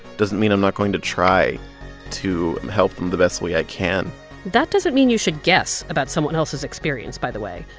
doesn't mean i'm not going to try to help them the best way i can that doesn't mean you should guess about someone else's experience, by the way,